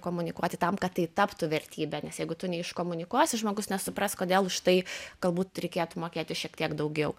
komunikuoti tam kad tai taptų vertybe nes jeigu tu ne iškomunikuosi žmogus nesupras kodėl už tai galbūt reikėtų mokėti šiek tiek daugiau